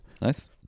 nice